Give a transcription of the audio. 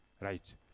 Right